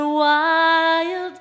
wild